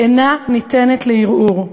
אינה ניתנת לערעור.